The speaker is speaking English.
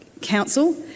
council